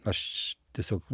aš tiesiog